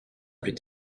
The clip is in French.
plus